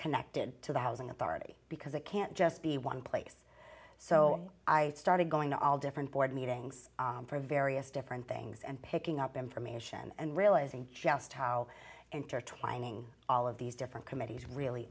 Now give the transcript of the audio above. connected to the housing authority because it can't just be one place so i started going to all different board meetings for various different things and picking up information and realizing just how intertwining all of these different committees really